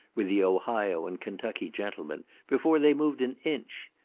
with the ohio and kentucky gentlemen, before they moved an inch.